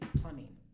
plumbing